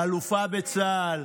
האלופה בצה"ל,